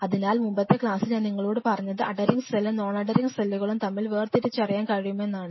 അതിനാൽ മുമ്പത്തെ ക്ലാസ്സിൽ ഞാൻ നിങ്ങളോട് പറഞ്ഞത് അധെറിങ് സെല്ലും നോൺ അധെറിങ് സെല്ലുകളും തമ്മിൽ വേർതിരിച്ചറിയാൻ കഴിയുമെന്നാണ്